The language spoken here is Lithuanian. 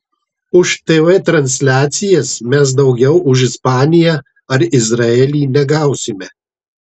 už tv transliacijas mes daugiau už ispaniją ar izraelį negausime